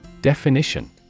Definition